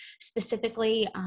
specifically